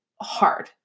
hard